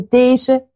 deze